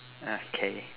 nah K